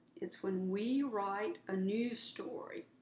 it's when we write a news story.